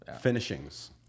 Finishings